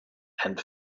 and